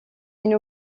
une